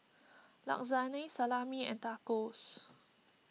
Lasagne Salami and Tacos